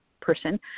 person